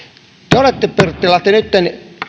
te olette pirttilahti nytten